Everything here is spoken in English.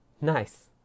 Nice